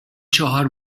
چهار